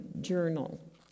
journal